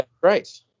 right